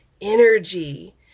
energy